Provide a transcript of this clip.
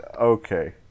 Okay